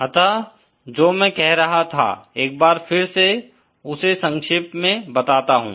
अतः जो मैं कह रहा था एक बार फिर उसे संक्षेप में बताता हूँ